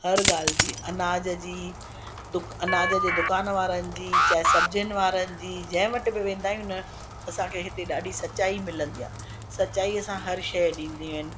हर ॻाल्हि जी अनाज जी दुक अनाज जी दुकान वारनि जी चाहे सब्जीनि वारनि जी जंहिं वटि बि वेंदा आहियूं न असांखे हिते ॾाढी सच्चाई मिलंदी आहे सच्चाईअ सां हर शइ ॾींदी आहिनि